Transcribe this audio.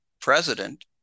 president